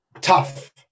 tough